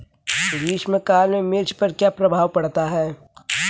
ग्रीष्म काल में मिर्च पर क्या प्रभाव पड़ता है?